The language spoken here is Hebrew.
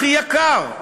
הכי יקר.